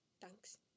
thanks